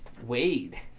Wade